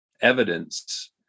evidence